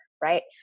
right